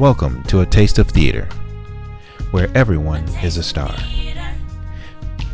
welcome to a taste of theatre where everyone is a star